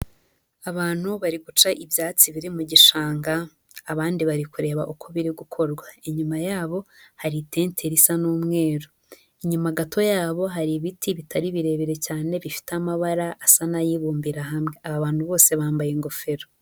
Abantu bari guca ibyatsi biri mu gishanga abandi bari kureba uko biri gukorwa. inyuma yabo hari itente risa n'umweru, inyuma gato yabo hari ibiti bitari birebire cyane bifite amabara asa n'ayibumbira hamwe, aba abantu bose bambaye ingofero.